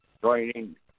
joining